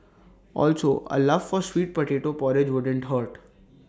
also A love for sweet potato porridge wouldn't hurt